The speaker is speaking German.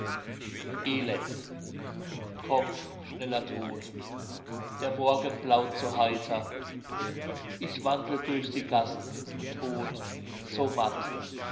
elend komm schneller tod der morgen blaut so heiter ich wandle durch die gassen tod so matt